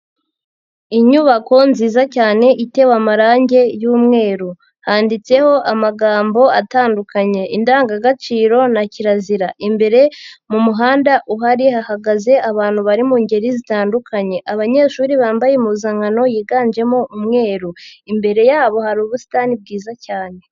Inyubako nziza cyane itewe amarangi y'umweru, handitseho amagambo atandukanye indangagaciro na kirazira, imbere mu muhanda uhari hahagaze abantu bari mu ngeri zitandukanye. Abanyeshuri bambaye impuzankano yiganjemo umweru, imbere yabo hari ubusitani bwiza cyane.